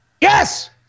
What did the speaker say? Yes